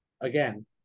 again